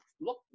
look